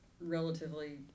relatively